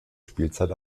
spielzeit